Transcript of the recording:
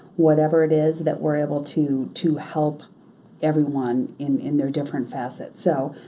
whatever it is that we're able to to help everyone in in their different facets. so,